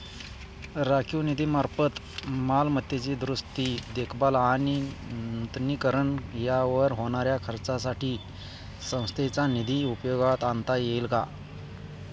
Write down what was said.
राखीव निधीमार्फत मालमत्तेची दुरुस्ती, देखभाल आणि नूतनीकरण यावर होणाऱ्या खर्चासाठी संस्थेचा निधी उपयोगात आणता येईल का?